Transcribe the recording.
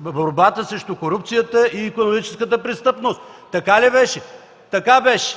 в борбата срещу корупцията и икономическата престъпност. Така ли беше? Така беше.